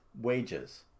wages